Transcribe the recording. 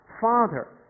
Father